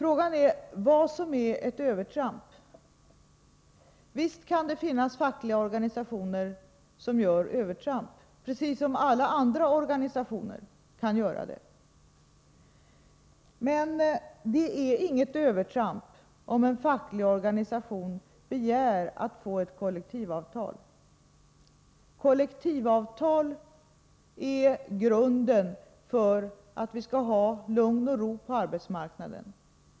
Frågan är vad som är ett övertramp. Visst kan det finnas fackliga organisationer som gör övertramp, precis som alla andra organisationer kan göra det. Men det är inget övertramp om en facklig organisation begär att få ett kollektivavtal. Kollektivavtal är grunden för att skapa lugn och ro på arbetsmarknaden.